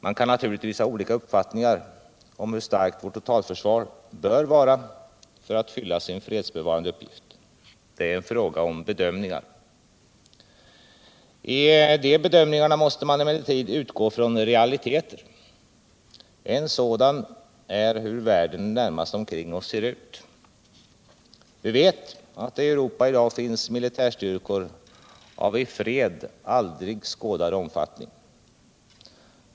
Man kan naturligtvis ha olika uppfattningar om hur starkt vårt totalförsvar bör vara för att fylla sin fredsbevarande uppgift. Det är fråga om bedömningar. I de bedömningarna måste man emellertid utgå från realiteter. En sådan är hur världen närmast omkring OSS Ser ut. Vi vet att det i Europa i dag finns militärstyrkor av i fred aldrig skådad omfattning.